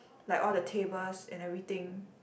like all the tables and everything